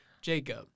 Jacob